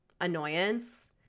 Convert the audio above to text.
annoyance